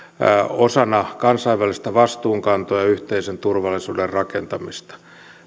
osana kansainvälistä vastuunkantoa ja yhteisen turvallisuuden rakentamista